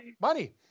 money